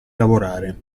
lavorare